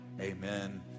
amen